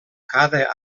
cada